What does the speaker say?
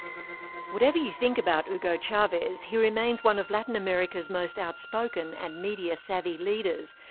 whatever you think about hugo chavez, he remains one of latin america's most outspoken and media-savvy leaders,